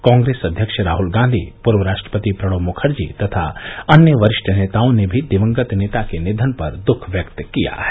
कांग्रेस अध्यक्ष राहल गांधी पूर्व राष्ट्रपति प्रणब मुखर्जी तथा अन्य वरिष्ठ नेताओं ने भी दिवंगत नेता के निधन पर दुख व्यक्त किया है